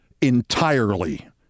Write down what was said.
entirely